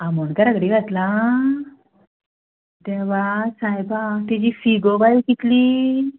आमोणकरा कडेन घातलां देवा सायबा तेजी फी गो बाय कितली